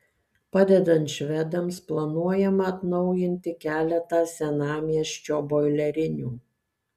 padedant švedams planuojama atnaujinti keletą senamiesčio boilerinių